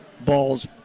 balls